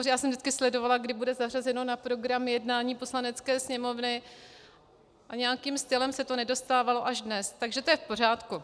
Vždycky jsem sledovala, kdy to bude zařazeno na program jednání Poslanecké sněmovny, a nějakým stylem se to nedostávalo, až dnes, takže to je v pořádku.